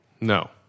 No